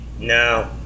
no